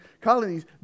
colonies